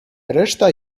reszta